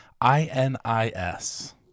I-N-I-S